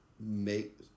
make